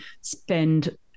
spend